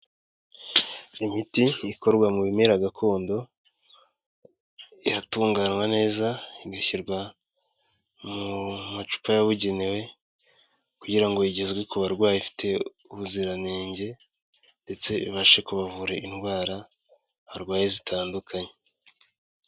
Imiti ikorwa mu bimera gakondo, iratunganywa neza igashyirwa mu macupa yabugenewe, kugira ngo igezwe ku barwayi ifite ubuziranenge ndetse ibashe kubavura indwara barwaye zitandukanye.